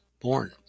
born